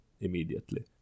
immediately